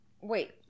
wait